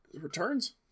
Returns